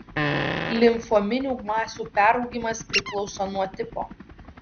limfominių masių peraugimas priklauso nuo tipo